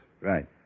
Right